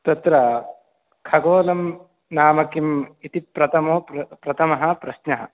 तत्र खगोलं नाम किम् इति प्रथमो प्रथमः प्रश्नः